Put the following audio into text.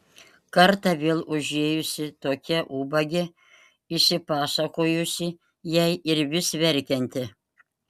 kartą vėl užėjusi tokia ubagė išsipasakojusi jai ir vis verkianti